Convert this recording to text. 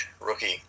rookie